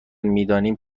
میدانیم